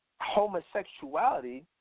Homosexuality